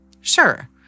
Sure